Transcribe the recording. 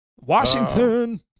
Washington